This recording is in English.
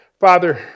Father